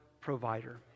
provider